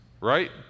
right